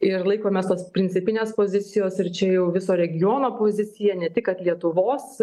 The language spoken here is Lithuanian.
ir laikomės tos principinės pozicijos ir čia jau viso regiono pozicija ne tik kad lietuvos